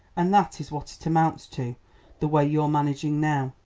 and that is what it amounts to the way you're managing now.